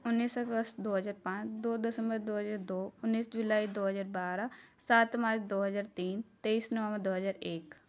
ਉੱਨੀ ਅਗਸਤ ਦੋ ਹਜ਼ਾਰ ਪੰਜ ਦੋ ਦਸੰਬਰ ਦੋ ਹਜ਼ਾਰ ਦੋ ਉੱਨੀ ਜੁਲਾਈ ਦੋ ਹਜ਼ਾਰ ਬਾਰ੍ਹਾਂ ਸੱਤ ਮਾਰਚ ਦੋ ਹਜ਼ਾਰ ਤਿੰਨ ਤੇਈ ਨਵੰਬਰ ਦੋ ਹਜ਼ਾਰ ਇੱਕ